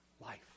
life